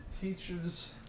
teachers